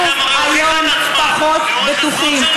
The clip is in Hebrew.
אנחנו היום פחות בטוחים.